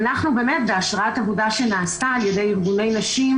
בהשראת עבודה שנעשתה על ידי ארגוני נשים